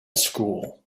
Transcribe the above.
school